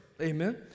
Amen